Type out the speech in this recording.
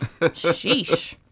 sheesh